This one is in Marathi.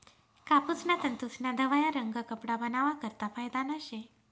कापूसना तंतूस्ना धवया रंग कपडा बनावा करता फायदाना शे